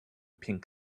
pink